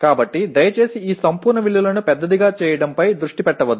కాబట్టి దయచేసి ఈ సంపూర్ణ విలువలను పెద్దదిగా చేయడంపై దృష్టి పెట్టవద్దు